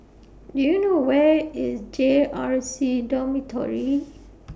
Do YOU know Where IS J R C Dormitory